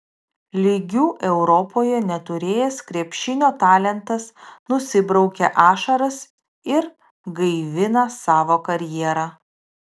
lygių europoje neturėjęs krepšinio talentas nusibraukė ašaras ir gaivina savo karjerą